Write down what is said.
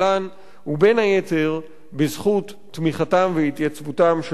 ובין היתר בזכות תמיכתם והתייצבותם של הסטודנטים.